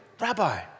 Rabbi